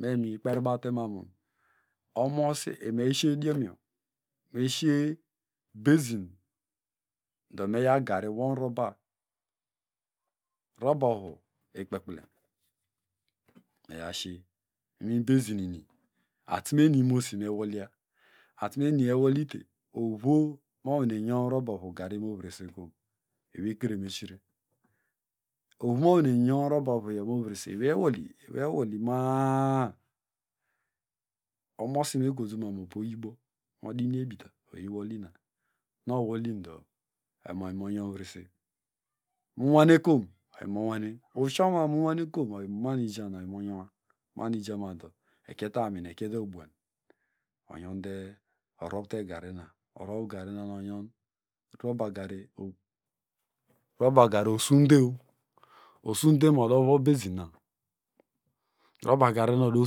Den mikpertebamamu omosi enieshie idiomyo meshie bazin dọ meyawgari wonroba robavu ikpekplem eyashie inwibazinyo atumeni imosi mewolya atumeniyo ewolyite ovo mo nwane nyown robavu garimovrese eweyewolyi ma- a- a omosimekotumu modi iniekeny owolyin ohonu owolyindo oyimonyownvrese munwanekom oyimo nwarie ushomamu munwanekom oyimu manuijan manijamado ekyetoy aminyo ekoetey ubuan enjonde erovte garina orovte robagari robagari osunde, osunde ma odovwo bazinyo robagari odo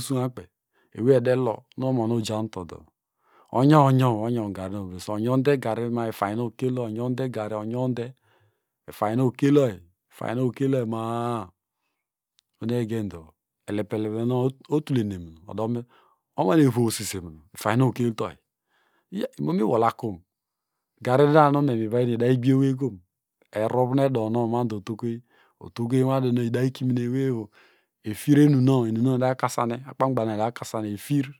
suankpe ewey edelo no mona ojanutodo onyow, onyow onyow gariyo gariyo ovrese onyownde garima a ifanynown okeloyi onyownde gari onyowde ifanonom okeloyi, ifanynom okeloyma a ohunu egendo olepele nown otulehinemunu odomo onwanevowsisemunu ifanynown okeltoyi iya imomiwolakom garina numemivoyino idamuagbye oweykom? Erovnu esien nonwmando oyiotokoyi otokoyi maduna maduneni efirenunown eriuno enunonw iday kasane akpangbanoun iday kasane efir